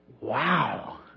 wow